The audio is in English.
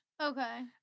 Okay